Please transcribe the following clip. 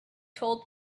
told